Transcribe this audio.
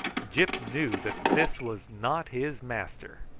gyp knew that this was not his master.